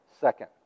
second